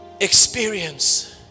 Experience